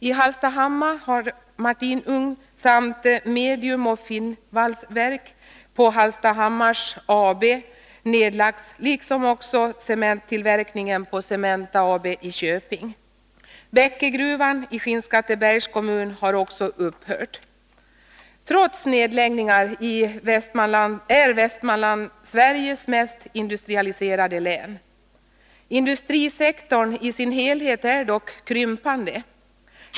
I Hallstahammar har martinugn samt mediumoch finvalsverk på Hallstahammars AB nedlagts, liksom också Trots nedläggningarna är Västmanland Sveriges mest industrialiserade län. Industrisektorn i sin helhet är dock krympande.